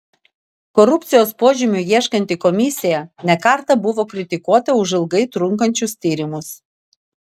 korupcijos požymių ieškanti komisija ne kartą buvo kritikuota už ilgai trunkančius tyrimus